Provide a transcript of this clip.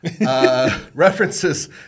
References